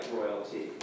royalty